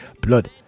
Blood